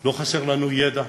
לא חסר לנו ידע,